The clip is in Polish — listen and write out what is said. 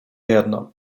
jedno